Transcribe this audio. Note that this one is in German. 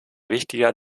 wichtiger